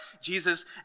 Jesus